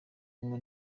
ngo